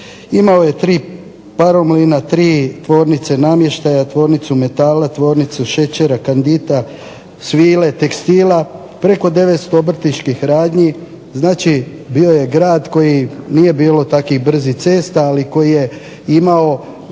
Imao je 3 paromlina, 3 tvornice namještaja, tvornicu metala, tvornicu šećera "Kandit", svile, tekstila, preko 900 obrtničkih radnji. Znači, bio je grad koji, nije bilo takvih brzih cesta, ali koji je imao